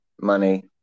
money